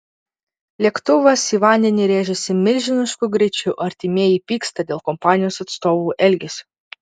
lėktuvas į vandenį rėžėsi milžinišku greičiu artimieji pyksta dėl kompanijos atstovų elgesio